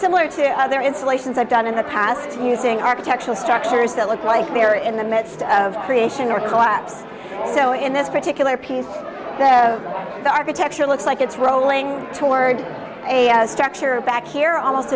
similar to other installations i've done in the past using architectural structures that look like they're in the midst of creation or collapse so in this particular piece the architecture looks like it's rolling toward a structure back here almost